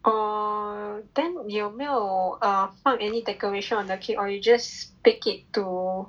oh then 有没有放 err any decorations on the cake or you just bake it to